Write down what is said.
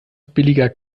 billiger